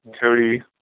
Cody